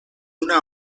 una